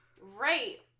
right